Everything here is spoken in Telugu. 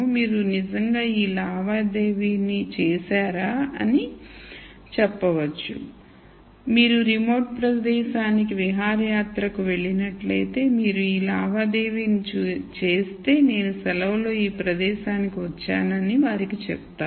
మీరు నిజంగా ఈ లావాదేవీని చేశారా అని చెప్పవచ్చు మీరు రిమోట్ ప్రదేశానికి విహారయాత్రకు వెళ్లినట్లయితే మీరు ఈ లావాదేవీని చేస్తే నేను సెలవులో ఈ ప్రదేశానికి వచ్చానని వారికి చెప్తారు